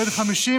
בן 50,